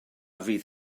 fydd